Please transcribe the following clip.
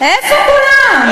איפה כולם?